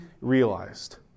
realized